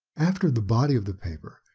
after the body of the paper,